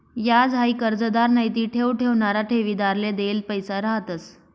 याज हाई कर्जदार नैते ठेव ठेवणारा ठेवीदारले देल पैसा रहातंस